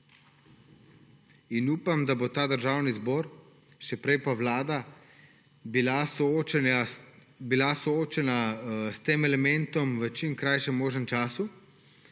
In upam, da bo Državni zbor, še prej pa Vlada bila soočena s tem elementom v čim krajšem možnem času,